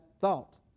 thought